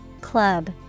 club